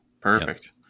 Perfect